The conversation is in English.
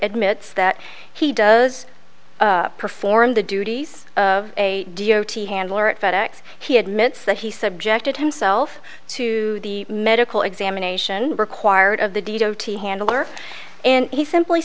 admits that he does perform the duties of a d o t handler at fedex he admits that he suggested himself to the medical examination required of the deed ot handler and he simply